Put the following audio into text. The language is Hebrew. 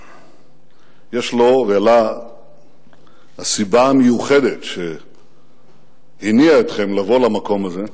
יש לו ולה הסיבה המיוחדת שהניעה אתכם לבוא למקום הזה,